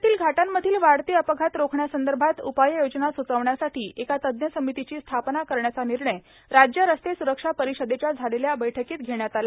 राज्यातील घाटांमधील वाढते अपघात रोखण्यासंदर्भात उपाययोजना सुचविण्यासाठी एका तज्ञ समितीची स्थापना करण्याचा निर्णय राज्य रस्ते सुरक्षा परिषदेच्या झालेल्या बैठकीत घेण्यात आला